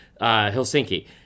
Helsinki